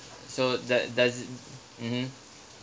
so that does mmhmm